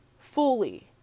fully